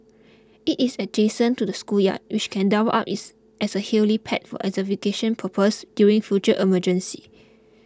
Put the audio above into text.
it is adjacent to the schoolyard which can double up is as a helipad for evacuation purposes during future emergencies